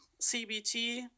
CBT